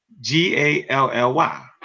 G-A-L-L-Y